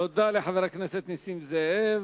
תודה לחבר הכנסת נסים זאב.